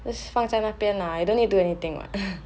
then just 放在那边 lah you don't need to do anything what